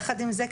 יחד עם זה,